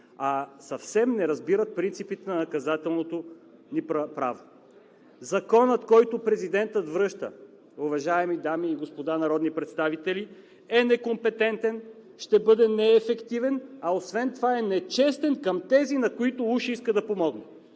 а съвсем не разбират принципите на наказателното ни право. Законът, който връща президентът, уважаеми дами и господа народни представители, е некомпетентен, ще бъде неефективен, а освен това е нечестен към тези, на които уж иска да помогне,